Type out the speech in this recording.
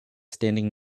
standing